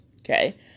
Okay